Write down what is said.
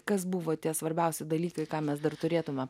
kas buvo tie svarbiausi dalykai ką mes dar turėtume